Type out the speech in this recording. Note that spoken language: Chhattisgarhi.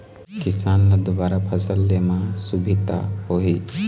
किसान ल दुबारा फसल ले म सुभिता होही